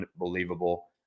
unbelievable